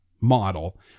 model